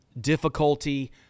difficulty